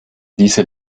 diese